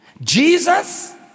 Jesus